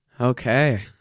okay